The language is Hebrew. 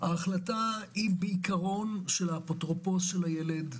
ההחלטה היא בעיקרון של האפוטרופוס של הילד,